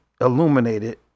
illuminated